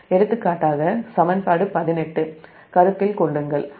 எடுத்துக்காட்டாக சமன்பாடு 18 கருத்தில் கொள்ளுங்கள்